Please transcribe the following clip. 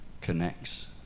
connects